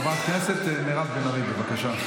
חברת הכנסת מירב בן ארי, בבקשה.